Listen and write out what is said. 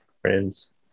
Friends